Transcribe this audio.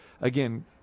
Again